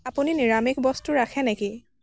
আপুনি নিৰামিষ বস্তু ৰাখে নেকি